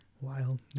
wild